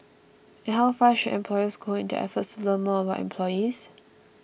and how far should employers go in their efforts to learn more about employees